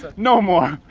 no more.